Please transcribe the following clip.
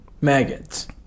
maggots